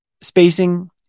spacing